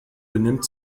benimmt